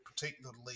particularly